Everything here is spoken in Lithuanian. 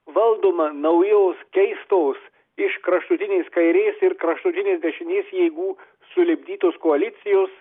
valdoma naujos keistos iš kraštutinės kairės ir kraštutinės dešinės jėgų sulipdytos koalicijos